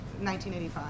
1985